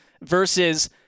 Versus